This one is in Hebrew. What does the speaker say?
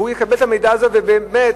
והוא יקבל את המידע הזה ובאמת